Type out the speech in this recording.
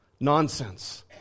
Nonsense